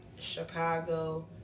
Chicago